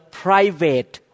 private